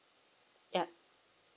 yup